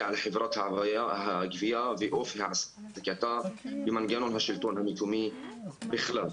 לחברת הגבייה ואופן העסקתה במנגנון השלטון המקומי בכלל.